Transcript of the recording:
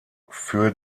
für